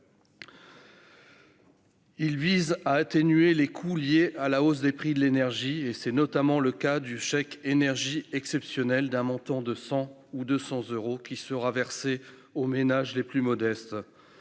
à atténuer les coûts liés à la hausse des prix de l'énergie. C'est notamment le cas du chèque énergie exceptionnel, d'un montant de 100 ou 200 euros, qui sera versé aux ménages les plus modestes.